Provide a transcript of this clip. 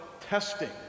testing